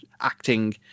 acting